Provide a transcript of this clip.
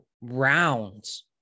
rounds